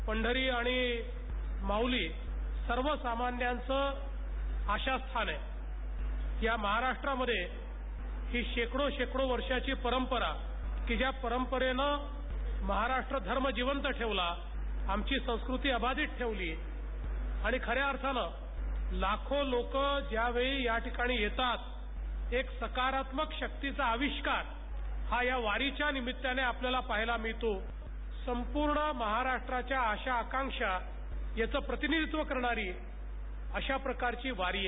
पंढरी आणि माऊली सर्व सामान्यांचं आशास्थान आहे या महाराष्ट्रामध्ये ही शेकडो वर्षाची परंपरा या परंपरेला महाराष्ट्र धर्म जिवंत ठेवला आमची संस्कृती अबाधित ठेवली आणि खऱ्या अर्थानं लाखो लोकं यावे या ठिकाणी येतात एक सकारात्मक शक्तीचा आविष्कार हा या वारीच्या निमित्ताने आपल्याला पाहायला मिळतो संपूर्ण महाराष्ट्राच्या आशा आकांक्षा यांचे प्रतिनिधित्व करणारी अशा प्रकारची वारी आहे